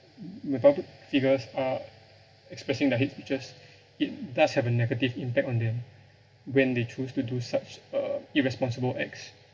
when public figures are expressing their hate speeches it does have a negative impact on them when they choose to do such uh irresponsible acts